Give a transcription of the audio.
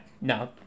no